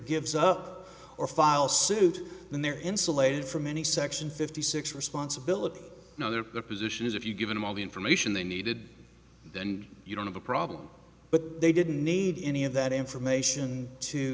gives up or file suit then they're insulated from any section fifty six responsibility their position is if you give him all the information they needed then you don't have a problem but they didn't need any of that information to